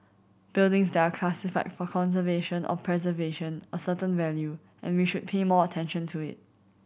buildings that are classified for conservation or preservation a certain value and we should pay more attention to it